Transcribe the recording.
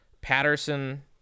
Patterson